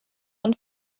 von